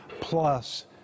Plus